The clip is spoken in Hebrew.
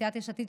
סיעת יש עתיד,